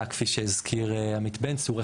כפי שהזכיר עמית, יש הרבה סוגיות של מדידה.